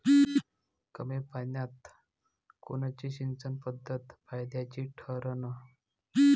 कमी पान्यात कोनची सिंचन पद्धत फायद्याची ठरन?